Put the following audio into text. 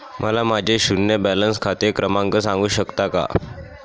मला माझे शून्य बॅलन्स खाते क्रमांक सांगू शकता का?